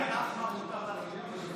מעניין אם בח'אן אל-אחמר מותר להכין פיתות.